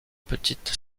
petites